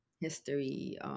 history